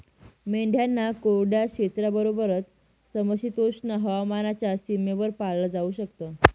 मेंढ्यांना कोरड्या क्षेत्राबरोबरच, समशीतोष्ण हवामानाच्या सीमेवर पाळलं जाऊ शकत